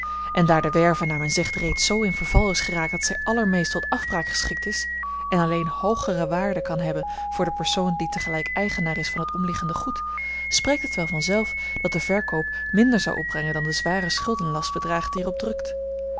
en daar de werve naar men zegt reeds zoo in verval is geraakt dat zij allermeest tot afbraak geschikt is en alleen hoogere waarde kan hebben voor den persoon die tegelijk eigenaar is van het omliggende goed spreekt het wel vanzelf dat de verkoop minder zou opbrengen dan de zware schuldenlast bedraagt die er op drukt